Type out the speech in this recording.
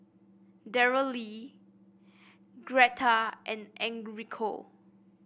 Daryle Greta and Enrico